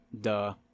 duh